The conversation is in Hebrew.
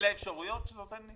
אלה האפשרויות שאתה נותן לי?